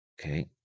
Okay